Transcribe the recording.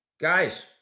Guys